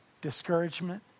discouragement